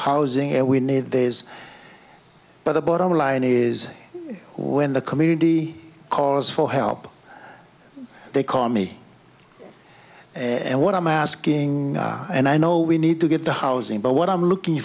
housing and we need this but the bottom line is when the committee cause for help they call me and what i'm asking and i know we need to get the housing but what i'm looking